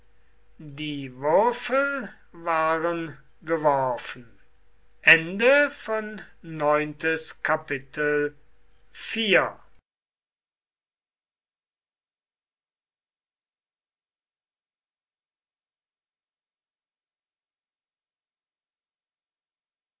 die würfel waren geworfen